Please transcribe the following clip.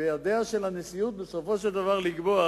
בידיה של הנשיאות, בסופו של דבר, לקבוע